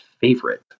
favorite